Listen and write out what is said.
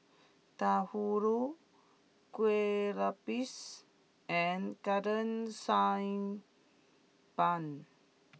Bahulu Kuih Lopes and Golden Sand Bun